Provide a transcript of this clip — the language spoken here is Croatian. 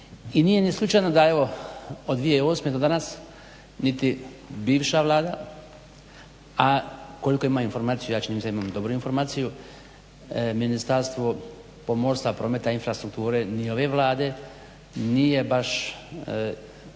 i nije ni slučajno da evo od 2008. do danas niti bivša Vlada, a koliko imam informaciju a čini mi se imam dobru informaciju Ministarstvo pomorstva, prometa i infrastrukture ni ove Vlade nije baš